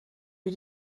wie